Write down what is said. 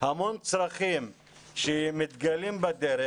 המון צרכים שמתגלים בדרך.